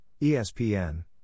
ESPN